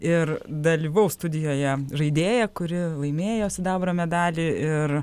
ir dalyvaus studijoje žaidėja kuri laimėjo sidabro medalį ir